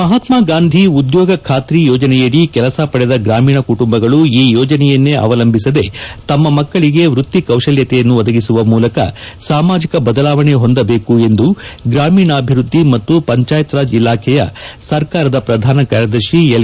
ಮಹಾತ್ಸಗಾಂಧಿ ಉದ್ಲೋಗ ಖಾತ್ರಿ ಯೋಜನೆಯಡಿ ಕೆಲಸ ಪಡೆದ ಗ್ರಾಮೀಣ ಕುಟುಂಬಗಳು ಈ ಯೋಜನೆಯನ್ನೆ ಅವಲಂಬಿಸದೇ ತಮ್ನ ಮಕ್ಕಳಿಗೆ ವ್ಯಕ್ತಿ ಕೌಶಲ್ಲತೆಯನ್ನು ಒದಗಿಸುವ ಮೂಲಕ ಸಾಮಾಜಿಕ ಬದಲಾವಣೆ ಹೊಂದಜೇಕು ಎಂದು ಗ್ರಾಮೀಣಾಭಿವೃದ್ದಿ ಮತ್ತು ಪಂಚಾಯತ್ರಾಜ್ ಇಲಾಖೆಯ ಸರ್ಕಾರದ ಶ್ರಧಾನ ಕಾರ್ಯದರ್ತಿ ಎಲ್